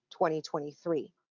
2023